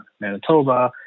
Manitoba